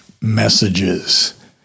messages